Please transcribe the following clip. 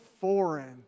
foreign